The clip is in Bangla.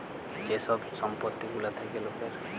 যে ছব সম্পত্তি গুলা থ্যাকে লকের